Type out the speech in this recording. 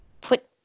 put